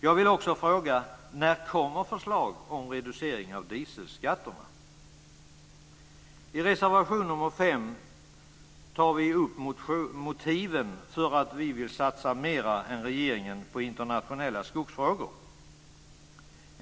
Jag vill också fråga: När kommer förslag om reducering av dieselskatterna? I reservation 5 tar vi upp motiven för att vi vill satsa mer än regeringen på internationella skogsfrågor.